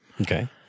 Okay